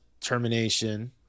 termination